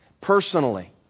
personally